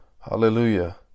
Hallelujah